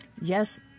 Yes